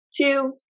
two